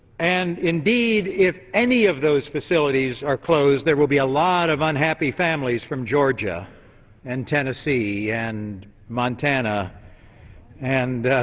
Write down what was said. and indeed, if any of those facilities are closed, there will be a lot of unhappy families from georgia and tennessee and montana and